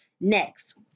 Next